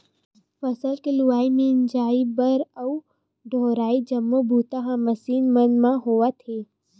फसल के लुवई, मिजई बर अउ डोहरई जम्मो बूता ह मसीन मन म होवत हे